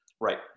Right